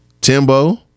Timbo